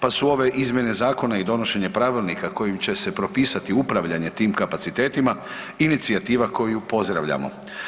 Pa su ove izmjene zakona i donošenje pravilnika kojim će se propisati upravljanje tim kapacitetima inicijativa koju pozdravljamo.